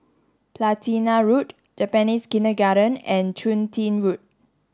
Platina Road Japanese Kindergarten and Chun Tin Road